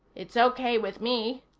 it's okay with me,